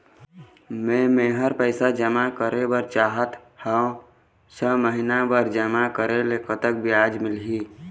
मे मेहर पैसा जमा करें बर चाहत हाव, छह महिना बर जमा करे ले कतक ब्याज मिलही?